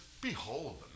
behold